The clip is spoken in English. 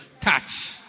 Touch